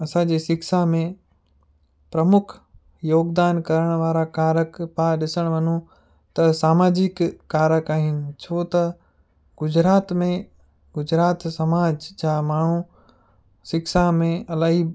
असांजी शिक्षा में प्रमुख योगदान करण वारा कारक पाण ॾिसण वञूं त सामाजिक कारक आहिनि छो त गुजरात में गुजरात समाज जा माण्हू शिक्षा में अलाई